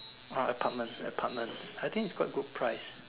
uh apartment apartment I think is quite good price